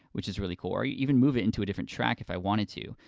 which is really cool. or even move it into a different track, if i wanted too.